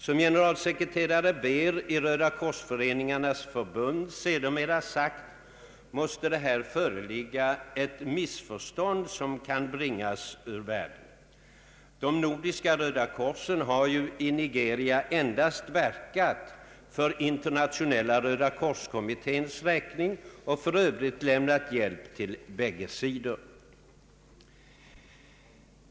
Som generalsekreterare Beer i Röda kors-föreningarnas förbund sedermera sagt, måste det här föreligga ett missförstånd som kan bringas ur världen. De nordiska Röda korsen har ju i Nigeria endast verkat för Internationella röda kors-kommitténs räkning och för övrigt lämnat hjälp till bägge sidor.